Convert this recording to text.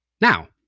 Now